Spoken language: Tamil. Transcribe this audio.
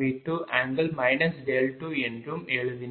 2 என்றும் எழுதினேன்